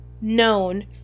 known